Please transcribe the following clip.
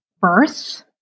birth